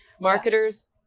Marketers